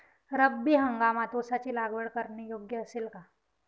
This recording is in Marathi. रब्बी हंगामात ऊसाची लागवड करणे योग्य असेल का?